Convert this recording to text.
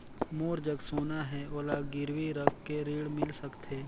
मोर जग सोना है ओला गिरवी रख के ऋण मिल सकथे?